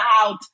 out